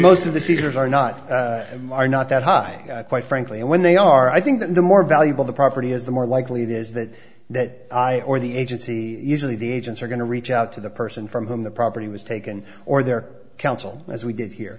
most of the seizures are not are not that high quite frankly and when they are i think that the more valuable the property is the more likely it is that that i or the agency usually the agents are going to reach out to the person from whom the property was taken or their council as we did here